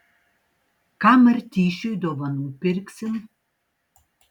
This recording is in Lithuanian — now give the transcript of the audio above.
ką martyšiui dovanų pirksim